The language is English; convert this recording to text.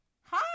hi